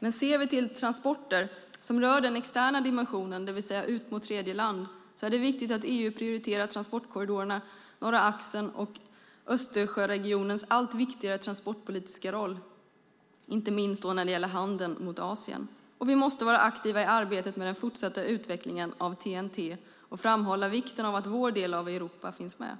Men ser vi till transporter som rör den externa dimensionen, det vill säga ut mot tredjeland, är det viktigt att EU prioriterar transportkorridoren Norra axeln och Östersjöregionens allt viktigare transportpolitiska roll, inte minst när det gäller handeln med Asien. Vi måste vara aktiva i arbetet med den fortsatta utvecklingen av TEN-T och framhålla vikten av att vår del av Europa finns med.